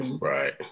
right